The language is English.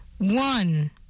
One